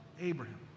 Abraham